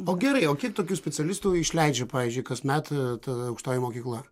o gerai o kiek tokių specialistų išleidžia pavyzdžiui kasmet ta aukštoji mokykla